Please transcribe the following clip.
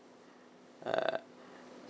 ah